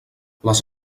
les